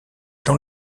dans